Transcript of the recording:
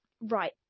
right